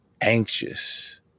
anxious